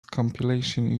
compilation